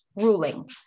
ruling